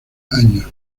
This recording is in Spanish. años